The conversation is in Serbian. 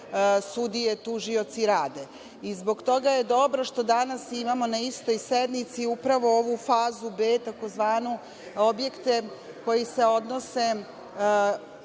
sudije i tužioci rade. Zbog toga je dobro što danas imamo na istoj sednici upravo ovu takozvanu fazu B, objekte koji se odnose